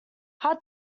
hart